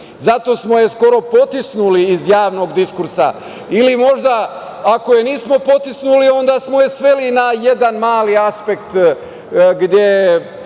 Zato smo je skoro i potisnuli iz javnog diskursa ili možda ako je nismo potisnuli onda smo je sveli na jedan mali aspekt,